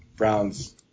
Browns